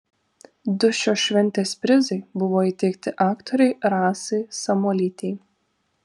du šios šventės prizai buvo įteikti aktorei rasai samuolytei